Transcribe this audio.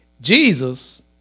Jesus